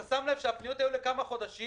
אתה שם לב שהפניות היו להאריך בכמה חודשים,